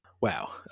Wow